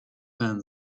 fan